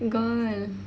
gone